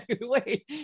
Wait